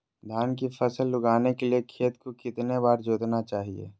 धान की फसल उगाने के लिए खेत को कितने बार जोतना चाइए?